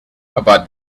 about